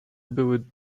były